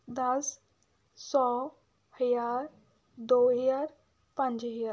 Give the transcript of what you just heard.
ਦਸ ਸੌ ਹਜ਼ਾਰ ਦੋ ਹਜ਼ਾਰ ਪੰਜ ਹਜ਼ਾਰ